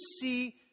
see